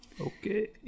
Okay